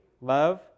love